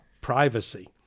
Privacy